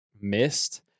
missed